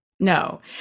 No